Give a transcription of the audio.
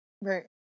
right